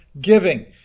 giving